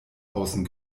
außen